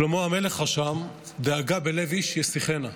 שלמה המלך רשם: "דאגה בלב איש ישחנה".